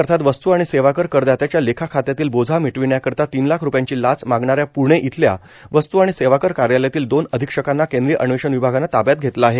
अर्थात वस्तू आणि सेवाकर करदात्याच्या लेखा खात्यातील बोझा मिटविण्याकरिता तीन लाख रूपयांची लाच मागणाऱ्या प्णे इथल्या वस्तू आणि सेवाकर कार्यालयातील दोन अधिक्षकांना केंद्रीय अन्वेषण विभागानं ताब्यात घेतलं आहे